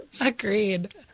Agreed